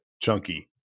chunky